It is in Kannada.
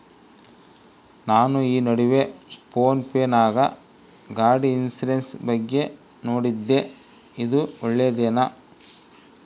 ನಾನು ಈ ನಡುವೆ ಫೋನ್ ಪೇ ನಾಗ ಗಾಡಿ ಇನ್ಸುರೆನ್ಸ್ ಬಗ್ಗೆ ನೋಡಿದ್ದೇ ಇದು ಒಳ್ಳೇದೇನಾ?